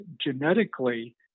genetically